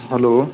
hello